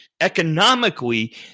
Economically